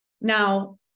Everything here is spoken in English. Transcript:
Now